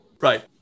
Right